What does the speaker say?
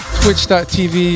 Twitch.tv